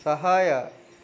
ಸಹಾಯ